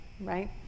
right